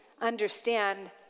understand